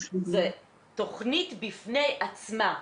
זו תכנית בפני עצמה.